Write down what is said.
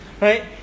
right